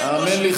האמן לי,